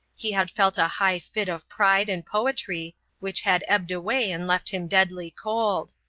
he had felt a high fit of pride and poetry, which had ebbed away and left him deadly cold.